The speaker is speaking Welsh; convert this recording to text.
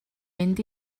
mynd